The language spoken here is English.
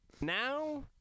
Now